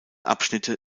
abschnitte